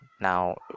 now